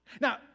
Now